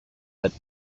that